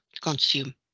consume